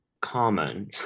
Common